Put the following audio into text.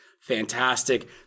fantastic